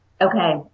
okay